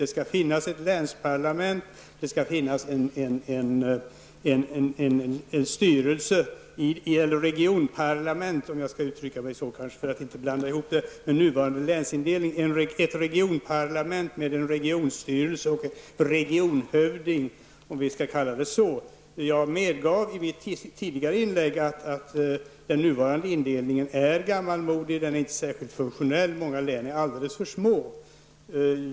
Det skall finnas ett länsparlament. Det skall finnas en styrelse, ett regionparlament -- jag skall kanske uttrycka mig så för att inte blanda ihop det med nuvarande länsindelning -- med en regionstyrelse och en regionhövding, om vi skall kalla det så. Jag medgav i tidigare inlägg att den nuvarande indelningen är gammalmodig, och den är inte särskilt funktionell. Många län är alldeles för små.